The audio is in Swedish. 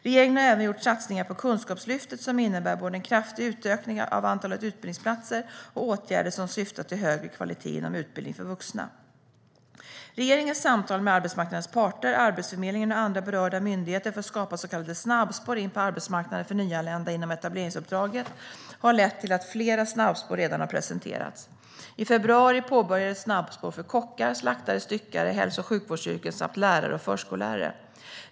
Regeringen har även gjort satsningar på kunskapslyftet som innebär både en kraftig utökning av antalet utbildningsplatser och åtgärder som syftar till högre kvalitet inom utbildning för vuxna. Regeringens samtal med arbetsmarknadens parter, Arbetsförmedlingen och andra berörda myndigheter för att skapa så kallade snabbspår in på arbetsmarknaden för nyanlända inom etableringsuppdraget har lett till att flera snabbspår redan har presenterats. I februari påbörjades snabbspår för kockar, slaktare/styckare, hälso och sjukvårdsyrken samt lärare och förskollärare.